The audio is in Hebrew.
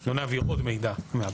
לא נעביר עוד מידע.